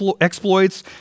exploits